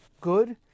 good